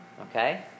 Okay